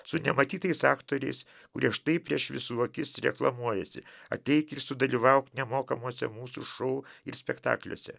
su nematytais aktoriais kurie štai prieš visų akis reklamuojasi ateik ir sudalyvauk nemokamuose mūsų šou ir spektakliuose